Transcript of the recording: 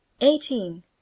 eighteen